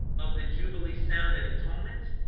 of the jubilee sound at atonement